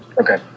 Okay